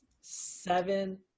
seven